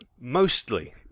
Mostly